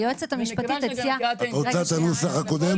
היועצת המשפטית הציעה -- את רוצה את הנוסח הקודם?